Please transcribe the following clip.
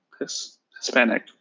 Hispanic